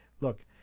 look